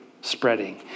spreading